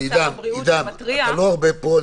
עידן, אתה לא הרבה פה.